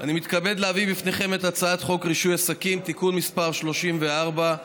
אני מתכבד להביא בפניכם את הצעת חוק רישוי עסקים (תיקון מס' 34),